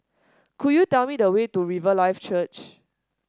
could you tell me the way to Riverlife Church